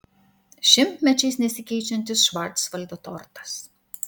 šimtmečiais nesikeičiantis švarcvaldo tortas